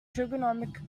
trigonometric